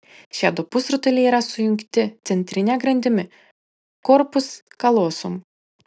šie du pusrutuliai yra sujungti centrine grandimi korpus kalosum